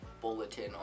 bulletin